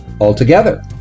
altogether